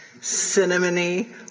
cinnamony